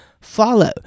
follow